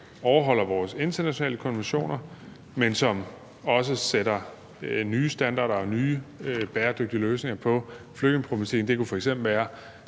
overholder vores internationale konventioner, men som også sætter nye standarder og giver nye bæredygtige løsninger på flygtningeproblematikken. Det kunne f.eks. være